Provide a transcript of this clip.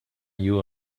you